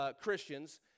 Christians